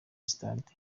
stade